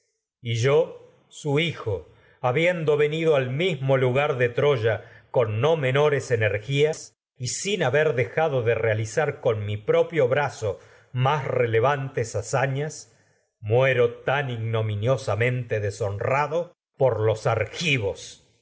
y yo su hijo habien do venido al mismo lugar de troya con no menores ener gías y sin haber dejado de realizar muero con mi propio brazo más relevantes hazañas tan ignominiosa mente deshonrado por que los argivos